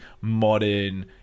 modern